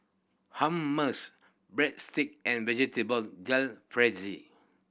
Hummus Breadstick and Vegetable Jalfrezi